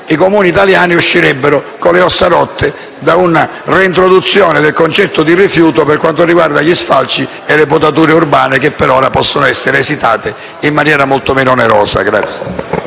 i Comuni italiani uscirebbero con le ossa rotte dalla reintroduzione del concetto di rifiuto per quanto riguarda gli sfalci e le potature urbane, che per ora possono essere esitate in maniera molto meno onerosa.